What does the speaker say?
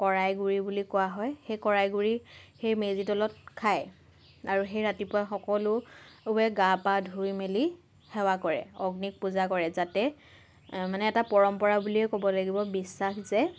কৰাই গুড়ি বুলি কোৱা হয় সেই কৰাই গুড়ি সেই মেজি তলত খায় আৰু সেই ৰাতিপুৱা সকলোৱে গা পা ধুই মেলি সেৱা কৰে অগ্নিক পূজা কৰে যাতে মানে এটা পৰম্পৰা বুলিয়েই ক'ব লাগিব বিশ্বাস যে